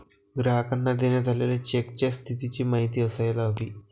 ग्राहकांना देण्यात आलेल्या चेकच्या स्थितीची माहिती असायला हवी